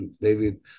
David